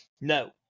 no